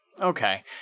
okay